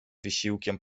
wysiłkiem